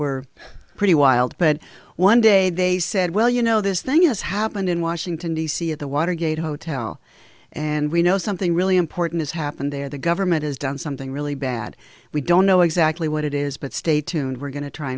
were pretty wild but one day they said well you know this thing has happened in washington d c at the watergate hotel and we know something really important has happened there the government has done something really bad we don't know exactly what it is but stay tuned we're going to try